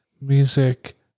music